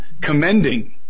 commending